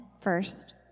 first